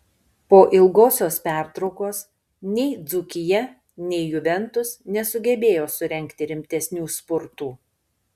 po ilgosios pertraukos nei dzūkija nei juventus nesugebėjo surengti rimtesnių spurtų